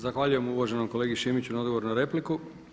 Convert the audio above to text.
Zahvaljujem uvaženom kolegi Šimiću na odgovor na repliku.